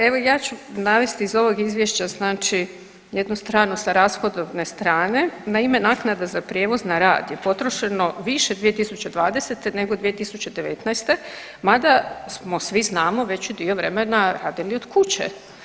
Pa evo ja ću navesti iz ovog izvješća znači jednu stranu sa rashodovne strane na ime naknada za prijevoz na rad je potrošeno više 2020. nego 2019., mada smo svi znamo veći dio vremena radili od kuće.